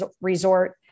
resort